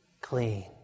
clean